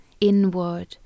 Inward